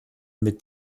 mit